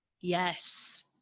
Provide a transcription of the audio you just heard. yes